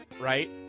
right